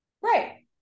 right